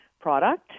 product